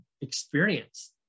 experience